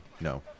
No